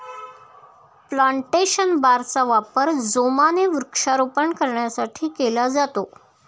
plantation बारचा वापर जोमाने वृक्षारोपण करण्यासाठी केला जातो